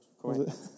correct